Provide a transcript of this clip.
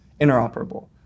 interoperable